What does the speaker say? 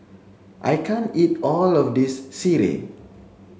I can't eat all of this Sireh